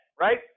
right